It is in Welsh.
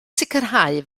sicrhau